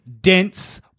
dense